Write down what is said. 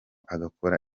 agakora